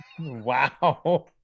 Wow